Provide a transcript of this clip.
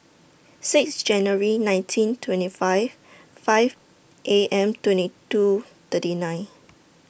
six January nineteen twenty five five A M twenty two thirty nine